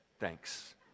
Thanks